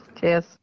Cheers